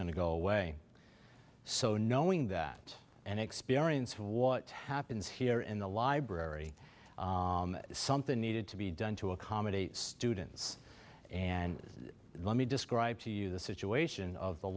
to go away so knowing that an experience of what happens here in the library is something needed to be done to accommodate students and let me describe to you the situation of the